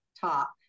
top